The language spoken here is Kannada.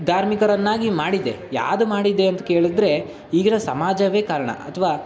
ಧಾರ್ಮಿಕರನ್ನಾಗಿ ಮಾಡಿದೆ ಯಾವ್ದ್ ಮಾಡಿದೆ ಅಂತ ಕೇಳಿದ್ರೆ ಈಗಿನ ಸಮಾಜವೇ ಕಾರಣ ಅಥವಾ